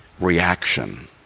reaction